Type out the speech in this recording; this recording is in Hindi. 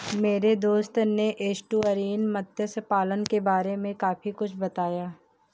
मेरे दोस्त ने एस्टुअरीन मत्स्य पालन के बारे में काफी कुछ बताया